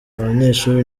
abanyeshuri